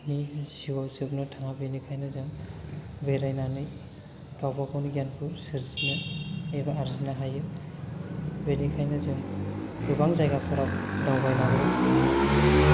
नि जिउआव जोबनो थाङा बेनिखायनो जों बेरायनानै गावबा गावनि गियानखौ सोरजिनो एबा आरजिनो हायो बेनिखायनो जों गोबां जायगाफोराव दावबायनानै